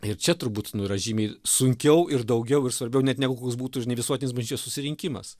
ir čia turbūt nu yra žymiai sunkiau ir daugiau ir svarbiau net negu koks būtų ne visuotinis bažnyčios susirinkimas